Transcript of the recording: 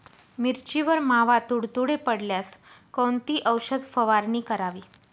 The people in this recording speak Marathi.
मिरचीवर मावा, तुडतुडे पडल्यास कोणती औषध फवारणी करावी?